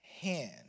hand